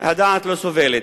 שהדעת לא סובלת.